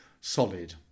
solid